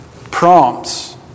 prompts